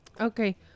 Okay